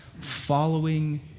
following